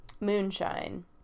moonshine